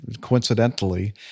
coincidentally